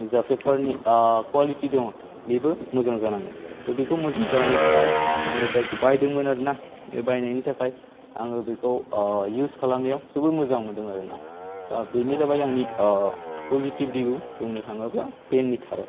जा पेपारनि आ कुवालिटि दङ बेबो मोजां जानांगोन थ बिखौ मोजां जानायनि थाखाय आङो जायखौ बायदोंमोन आरोना बे बायनायनि थाखाय आङो बेखौ ओ इउस खालामनायाव जोबोद मोजां मोन्दों आरोना दा बिनो जाबाय आंनि ओ पजितिब रिभिउ बुंनो थाङोब्ला पेननि सायाव